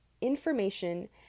information